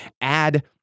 add